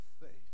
faith